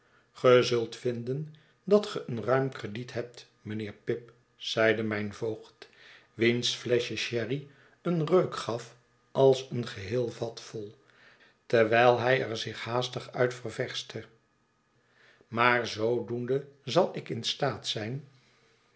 zult vinden dat ge een ruim krediet hebt mijnheer pip zeide mijn voogd wiens flescnje sherry een reuk gaf ais een geheel vat vol terwijl hij er zich haastig uit ververschte maar zoodoende zal ik in staat zijn